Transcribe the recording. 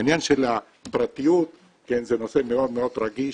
העניין של הפרטיות זה נושא מאוד מאוד רגיש